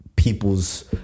people's